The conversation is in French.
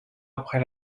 après